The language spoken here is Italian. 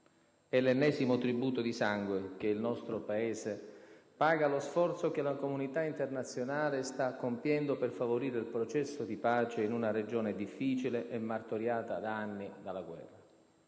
È l'ennesimo tributo di sangue che il nostro Paese paga allo sforzo che la comunità internazionale sta compiendo per favorire il processo di pace in una regione difficile e martoriata da anni di guerra.